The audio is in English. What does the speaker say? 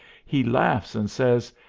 he laughs and says,